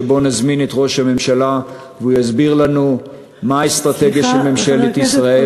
שאליו נזמין את ראש הממשלה והוא יסביר לנו מה האסטרטגיה של ממשלת ישראל,